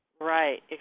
right